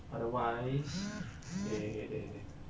otherwise they